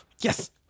Yes